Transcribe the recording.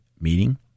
meeting